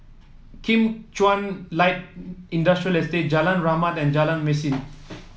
Kim Chuan Light Industrial Estate Jalan Rahmat and Jalan Mesin